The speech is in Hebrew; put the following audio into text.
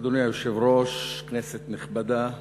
אדוני היושב-ראש, כנסת נכבדה,